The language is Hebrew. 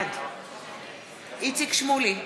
בעד איציק שמולי,